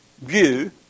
view